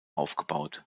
aufgebaut